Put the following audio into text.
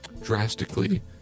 drastically